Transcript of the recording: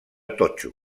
totxo